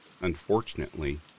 Unfortunately